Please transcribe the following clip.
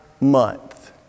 month